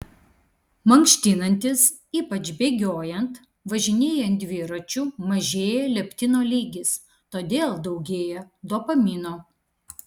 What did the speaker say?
mankštinantis ypač bėgiojant važinėjant dviračiu mažėja leptino lygis todėl daugėja dopamino